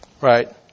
Right